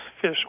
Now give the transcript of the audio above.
fish